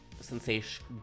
sensation